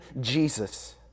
Jesus